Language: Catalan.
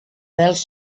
rels